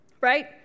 right